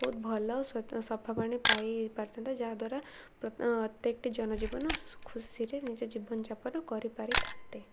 ବହୁତ ଭଲ ସଫା ପାଣି ପାଇ ପାରିଥାନ୍ତା ଯାହାଦ୍ୱାରା ପ୍ରତ୍ୟେକଟି ଜନଜୀବନ ଖୁସିରେ ନିଜ ଜୀବନଯାପନ କରିପାରିଥାନ୍ତେ